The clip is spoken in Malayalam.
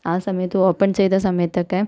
ആ സമയത്ത് ഓപ്പൺ ചെയ്ത സമയത്തൊക്കെ